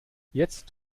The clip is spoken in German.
jetzt